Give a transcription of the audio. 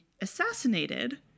assassinated